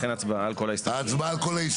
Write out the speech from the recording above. ההצבעה על כל ההסתייגויות.